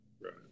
right